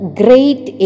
great